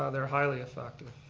ah they're highly effective.